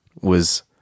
was-